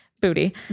booty